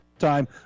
Time